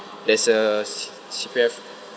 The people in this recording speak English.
there's a c~ C_P_F